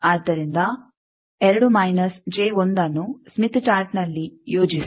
ಆದ್ದರಿಂದ ಅನ್ನು Smith chart ನಲ್ಲಿ ಯೋಜಿಸಿ